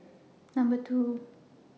Number two